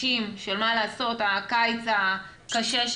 לפעול עד 35% תפוסה.